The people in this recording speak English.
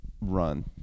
run